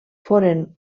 foren